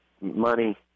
money